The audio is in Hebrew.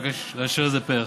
אבקש לאשר את זה פה אחד.